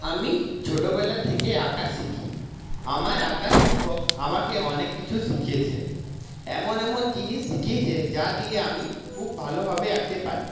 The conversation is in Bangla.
আমি ছোটোবেলা থেকে আঁকা শিখি আমার আঁকার শিক্ষক আমাকে অনেক কিছু শিখিয়েছে এমন এমন জিনিস শিখিয়েছে যা দিয়ে আমি খুব ভালোভাবে আঁকতে পারি